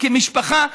כמשפחה,